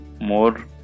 more